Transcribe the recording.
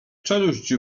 czeluść